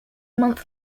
month